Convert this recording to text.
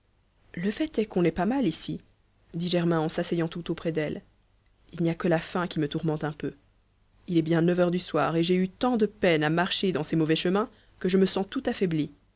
le fait est qu'on n'est pas mal ici dit germain en s'asseyant tout auprès d'elle il n'y a que la faim qui me tourmente un peu il est bien neuf heures du soir et j'ai eu tant de peine à marcher dans ces mauvais chemins que je me sens tout affaibli